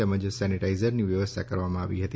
તેમજ સેનેટાઇઝરની વ્યવસ્થા કરવામાં આવી હતી